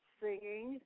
singing